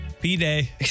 P-Day